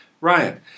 Ryan